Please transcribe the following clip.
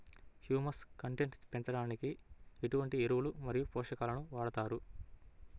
Humus content పెంచడానికి ఎటువంటి ఎరువులు మరియు పోషకాలను వాడతారు?